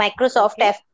Microsoft